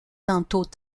tantôt